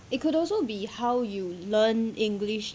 it could also be how you learn english